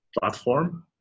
platform